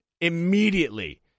immediately